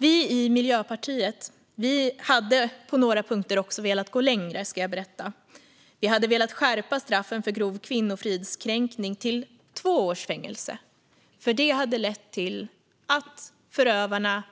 Vi i Miljöpartiet hade velat gå längre på några punkter. Vi ville skärpa straffet för grov kvinnofridskränkning till två års fängelse, för det hade lett till att förövarna